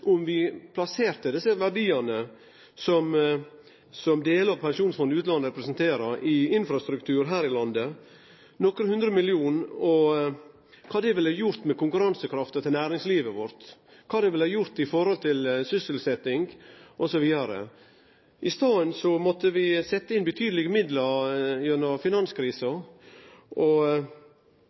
om vi plasserte nokre hundre millionar av desse verdiane som delar av Statens pensjonsfond utland representerer, i infrastruktur her i landet – kva ville det ha gjort med konkurransekrafta til næringslivet vårt, kva ville det ha gjort i forhold til sysselsetjing, osv.? I staden måtte vi setje inn betydelege midlar under finanskrisa.